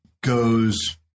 goes